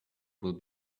will